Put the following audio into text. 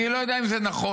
אני לא יודע אם זה נכון,